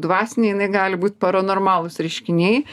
dvasinė jinai gali būt paranormalūs reiškiniai